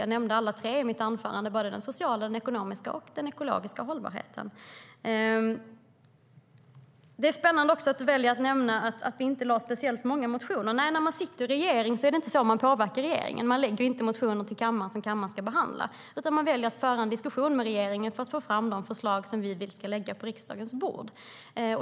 Jag nämnde alla tre i mitt anförande: den sociala, den ekonomiska och den ekologiska hållbarheten. Det är också spännande att Ola Johansson väljer att nämna att vi inte lade fram särskilt många motioner. Nej, när man sitter i regeringsställning är det inte på det sättet man påverkar. Man väcker inte motioner som kammaren ska behandla, utan man för en diskussion med regeringen för att få fram de förslag som vi vill ska läggas på riksdagens bord.